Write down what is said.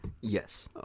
yes